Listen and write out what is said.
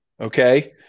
Okay